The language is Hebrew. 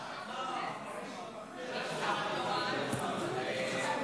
יושב-ראש הכנסת, כנסת נכבדה,